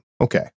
Okay